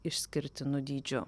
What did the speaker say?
išskirtinu dydžiu